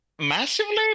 Massively